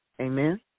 Amen